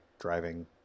driving